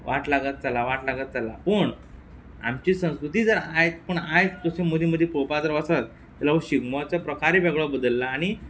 वाट लागत चला वाट लागत चल्लां पूण आमची संस्कृती जर आयज पूण आयज तशी मदीं मदीं पळोवपा जर वसत जाल्या हो शिगमोचो प्रकारीय वेगळो बदल्ला आनी